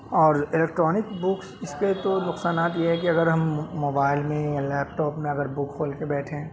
اور electronic books اس کے تو نقصانات یہ ہے کہ اگر ہم موبائل میں یا لیپٹاپ میں اگر بک کھول کے بیٹھیں